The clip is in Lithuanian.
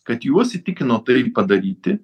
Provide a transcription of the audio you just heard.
kad juos įtikino tai padaryti